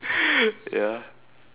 ya